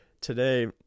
today